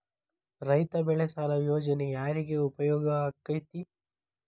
ರೈತ ಬೆಳೆ ಸಾಲ ಯೋಜನೆ ಯಾರಿಗೆ ಉಪಯೋಗ ಆಕ್ಕೆತಿ?